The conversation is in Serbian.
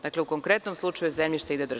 Dakle, u konkretnom slučaju zemljište ide državi.